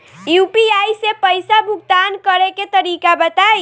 UPI से पईसा भुगतान करे के तरीका बताई?